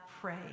pray